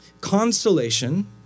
Consolation